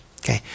okay